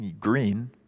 green